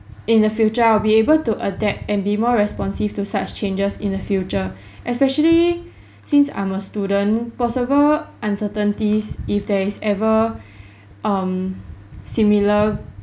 in the future I'll be able to adapt and be more responsive to such changes in the future especially since I'm a student possible uncertainties if there is ever um similar